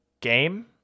game